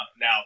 Now